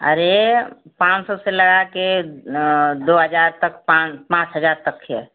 अरे पाँच सौ से लगा के दो हजार तक पाँच पाँच हजार तक है